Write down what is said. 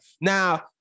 Now